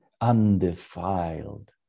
undefiled